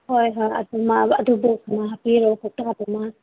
ꯍꯣꯏ ꯍꯣꯏ ꯑꯗꯨ ꯑꯃ ꯑꯗꯨ ꯕꯣꯛꯁ ꯑꯃ ꯍꯥꯞꯄꯤꯔꯣ ꯀꯧꯇꯥꯗꯨꯃ